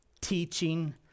teaching